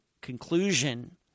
conclusion